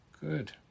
Good